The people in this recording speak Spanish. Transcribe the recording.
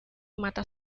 mata